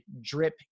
drip